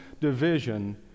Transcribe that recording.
division